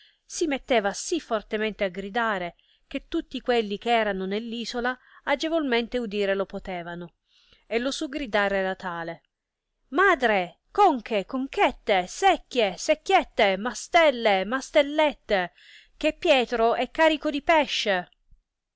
si metteva sì fortemente a gridare che tutti quelli che erano nell isola agevolmente udire lo potevano e lo suo gridare era tale madre conche conchette secchie secchiette mastelle mastellette che pietro è carico di pesce